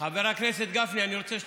חבר הכנסת גפני, אני רוצה,